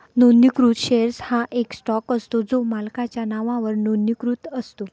नोंदणीकृत शेअर हा एक स्टॉक असतो जो मालकाच्या नावावर नोंदणीकृत असतो